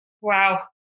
Wow